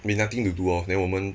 we nothing to do lor then 我们